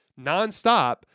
nonstop